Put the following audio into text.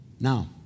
Now